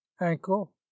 ankle